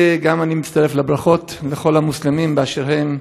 גם אני מצטרף לברכות לכל המוסלמים באשר הם,